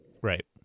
Right